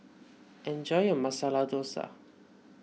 enjoy your Masala Dosa